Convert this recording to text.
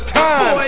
time